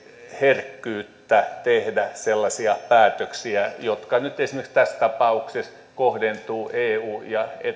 herkkyyttä tehdä sellaisia päätöksiä jotka nyt esimerkiksi tässä tapauksessa kohdentuvat eu ja eta